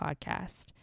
Podcast